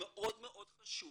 ומאוד חשוב,